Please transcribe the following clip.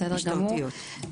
בסדר גמור,